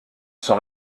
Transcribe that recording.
sont